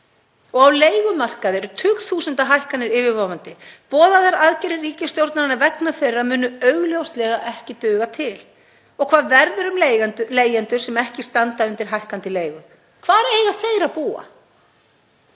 Á leigumarkaði eru tugþúsunda hækkanir yfirvofandi. Boðaðar aðgerðir ríkisstjórnarinnar vegna þeirra munu augljóslega ekki duga til. Og hvað verður um leigjendur sem ekki standa undir hækkandi leigu? Hvar eiga þeir að búa?